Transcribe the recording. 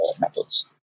methods